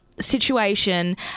situation